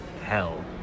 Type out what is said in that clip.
hell